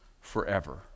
forever